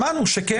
שמענו שכן.